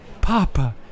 Papa